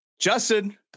Justin